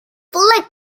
flick